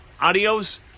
adios